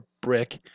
brick